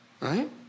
Right